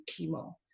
chemo